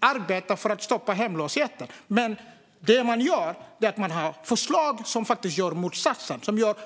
arbeta för att stoppa hemlösheten. Men det man gör är att man lägger fram förslag som faktiskt åstadkommer motsatsen.